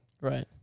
Right